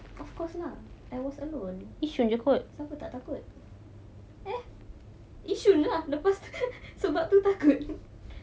of course lah I was alone siapa tak takut eh yishun lah lepas sebab tu takut